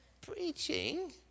preaching